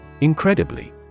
Incredibly